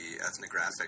ethnographic